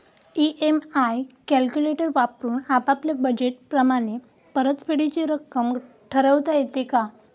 EMI calculator वापरून आपापल्या budget प्रमाणे परतफेडीची रक्कम ठरवता येते का?